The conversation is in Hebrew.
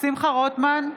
שמחה רוטמן,